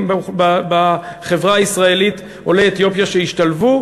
בחברה הישראלית עולי אתיופיה שהשתלבו,